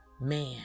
man